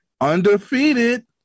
undefeated